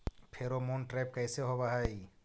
Pheromone trap कैसे होब हई?